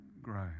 grow